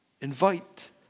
Invite